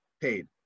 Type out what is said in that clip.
paid